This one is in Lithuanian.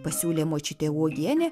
pasiūlė močiutė uogienė